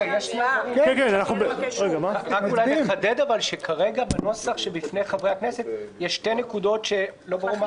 אבל רק נחדד שכרגע בנוסח שבפני חברי הכנסת יש שתי נקודות שלא ברור,